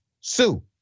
sue